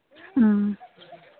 ꯎꯝ